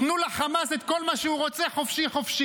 תנו לחמאס את מה שהוא רוצה חופשי-חופשי.